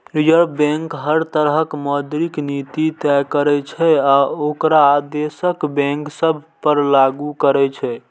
reserve bank हर तरहक मौद्रिक नीति तय करै छै आ ओकरा देशक बैंक सभ पर लागू करै छै